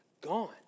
gone